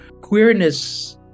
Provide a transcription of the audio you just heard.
queerness